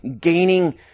gaining